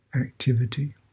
activity